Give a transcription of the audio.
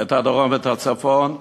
את הדרום ואת הצפון,